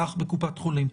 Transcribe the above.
רף ההפעלה.